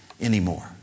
anymore